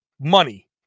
Money